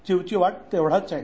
चिवचिवाट तेवढाच आहे